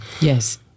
Yes